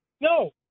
No